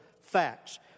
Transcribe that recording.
facts